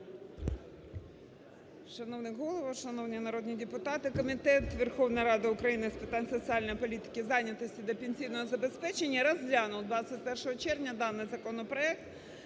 Шановний Голово, шановні народні депутати! Комітет Верховної Ради України з питань соціальної політики, зайнятості та пенсійного забезпечення розглянув 21 червня даний законопроект.